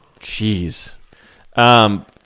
Jeez